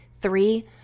three